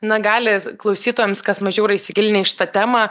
na gali klausytojams kas mažiau įsigilinę į šitą temą